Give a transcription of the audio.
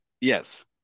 Yes